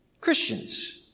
Christians